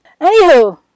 Anywho